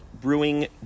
Brewing